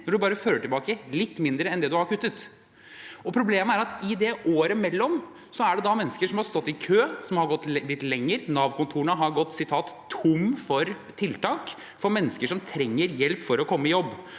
man bare førte tilbake litt mindre enn det man hadde kuttet. Problemet er at i året imellom er det mennesker som har stått i kø, som har gått ledige litt lenger. Nav-kontorene har gått tom for tiltak for mennesker som trenger hjelp for å komme i jobb.